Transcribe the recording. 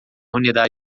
unidade